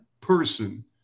person